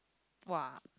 !wah!